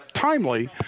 timely